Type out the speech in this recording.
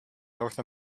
north